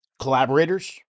collaborators